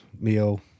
meal